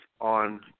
on